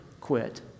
quit